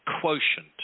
quotient